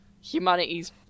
humanity's